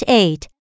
eight